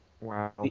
Wow